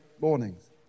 mornings